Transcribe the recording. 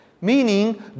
meaning